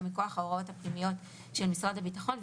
מכוח ההוראות הפנימיות של משרד הביטחון,